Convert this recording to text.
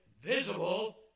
visible